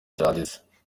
cyanditse